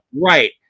Right